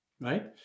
right